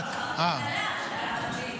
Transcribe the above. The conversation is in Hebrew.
כאילו,